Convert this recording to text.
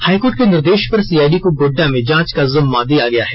high court के निर्देश पर सीआईडी को गोड्डा में जांच का जिम्मा दिया गया है